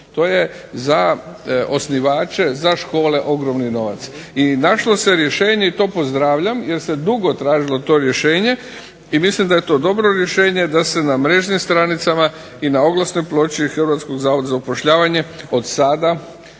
To je za osnivače, za škole ogromni novac i našlo se rješenje i to pozdravljam jer se dugo tražilo to rješenje i mislim da je to dobro rješenje da se na mrežnim stranicama i na oglasnoj ploči Hrvatskog